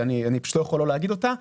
שאני פשוט לא יכול לא להגיד אותה.